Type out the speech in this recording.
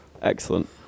Excellent